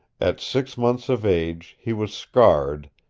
at six months of age he was scarred,